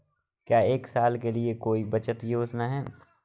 क्या एक साल के लिए कोई बचत योजना है?